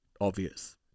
obvious